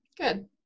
Good